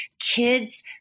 kids